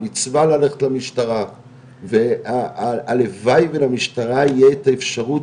מצווה ללכת למשטרה והלוואי ולמשטרה יהיה את האפשרות,